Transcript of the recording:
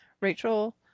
Rachel